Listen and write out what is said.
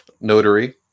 notary